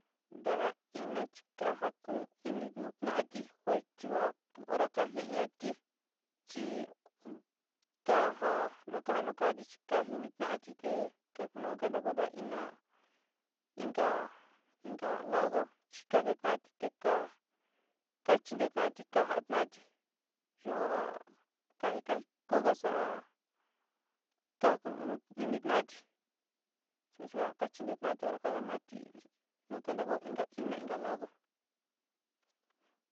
Danga ina chi ka'ja kuún ini núu nati kue chu'a hora ka jiña'atí chi ka'ja nuka-nukadi chi ka jini na'ánti te kanúnka ko'o nda'a ina inka inka lado chi ka keta'anti te ka kachindentanti ka'já ta'ánti yojá kadeka iin kuga xa'a ka'a ju'un ini ta'ati che ya'a kachidetanti hora a na'áti nuka kanrako inka ina inka lado.